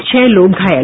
छह लोग घायल